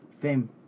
fame